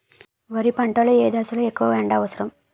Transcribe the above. వరి పంట లో ఏ దశ లొ ఎక్కువ ఎండా అవసరం?